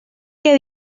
què